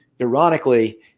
ironically